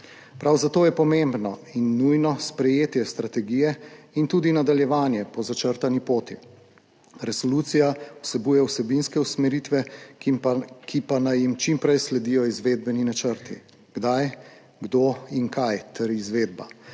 Prav zato je pomembno in nujno sprejetje strategije in tudi nadaljevanje po začrtani poti. Resolucija vsebuje vsebinske usmeritve, ki pa naj jim čim prej sledijo izvedbeni načrti, kdaj, kdo in kaj, ter izvedba,